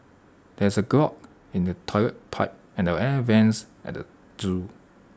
there is A clog in the Toilet Pipe and the air Vents at the Zoo